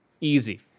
easy